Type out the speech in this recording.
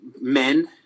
men